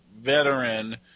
veteran